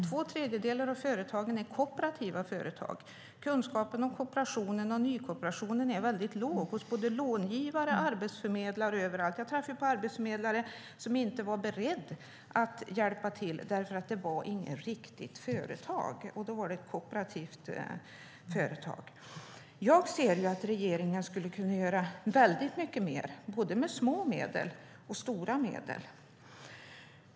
Två tredjedelar av företagen är kooperativa. Kunskapen om kooperationen och nykooperationen är väldigt liten hos både långivare och arbetsförmedlare. Jag har träffat arbetsförmedlare som inte var beredda att hjälpa till för att det inte handlade om något "riktigt" företag. Då var det ett kooperativt företag det handlade om. Jag ser att regeringen skulle kunna göra mycket mer, både med små och stora medel.